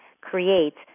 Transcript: creates